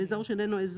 ל-ה'.